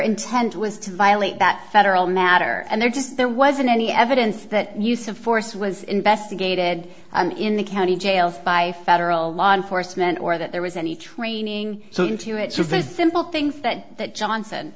intent was to violate that federal matter and there just there wasn't any evidence that use of force was investigated in the county jail by federal law enforcement or that there was any training so into it so there's simple things that that johnson